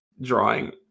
drawing